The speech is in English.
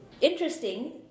interesting